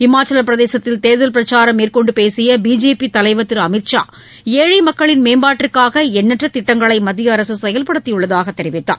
இமாச்சலப்பிரதேசத்தில் தேர்தல் பிரச்சாரம் மேற்கொண்டு பேசிய பிஜேபி தலைவர் திரு அமித் ஷா ஏழழ மக்களின் மேம்பாட்டிற்காக எண்ணற்ற திட்டங்களை மத்திய அரசு செயல்படுத்தியுள்ளதாக தெரிவித்தார்